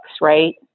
right